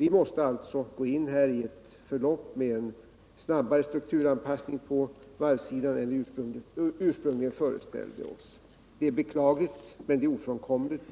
Vi måste gå in i ett förlopp med en snabbare strukturanpassning på varvssidan än vad vi ursprungligen föreställde oss. Detta är beklagligt, men det är ofrånkomligt.